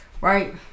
right